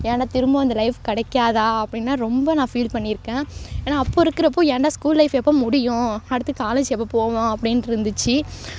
ஏன்டா திரும்பவும் அந்த லைஃப் கிடைக்காதா அப்டின்லாம் ரொம்ப நான் ஃபீல் பண்ணியிருக்கேன் ஏன்னா அப்போது இருக்கிறப்போ ஏன்டா ஸ்கூல் லைஃப் எப்போ முடியும் அடுத்து காலேஜ் எப்போது போவோம் அப்படின்ட்டு இருந்துச்சு